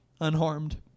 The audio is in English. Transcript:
unharmed